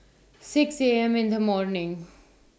six A M in The morning